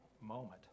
moment